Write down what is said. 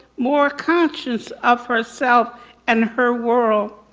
more conscious of herself and her world.